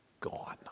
gone